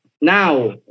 Now